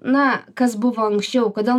na kas buvo anksčiau kodėl